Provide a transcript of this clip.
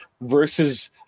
versus